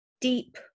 deep